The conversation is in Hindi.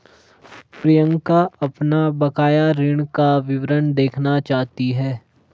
प्रियंका अपना बकाया ऋण का विवरण देखना चाहती है